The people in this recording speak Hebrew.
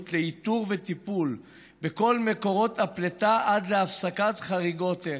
לאיתור וטיפול בכל מקורות הפליטה עד להפסקת חריגות אלו.